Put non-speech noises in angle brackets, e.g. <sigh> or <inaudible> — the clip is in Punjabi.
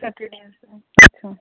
<unintelligible>